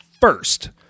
First